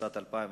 התשס”ט 2009,